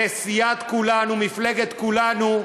וסיעת כולנו, מפלגת כולנו,